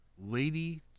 Lady